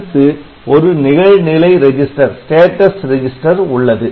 அடுத்து ஒரு நிகழ்நிலை ரெஜிஸ்டர் உள்ளது